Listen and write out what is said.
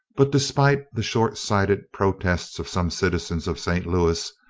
but despite the short-sighted protests of some citizens of st. louis,